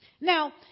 Now